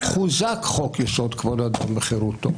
חוזק חוק-יסוד: כבוד האדם וחירותו,